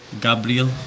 Gabriel